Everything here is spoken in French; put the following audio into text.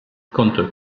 compte